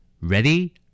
Ready